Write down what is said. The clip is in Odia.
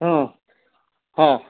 ହଁ ହଁ